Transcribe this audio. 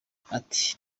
ati